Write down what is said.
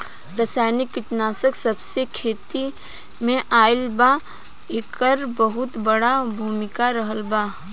रासायनिक कीटनाशक जबसे खेती में आईल बा येकर बहुत बड़ा भूमिका रहलबा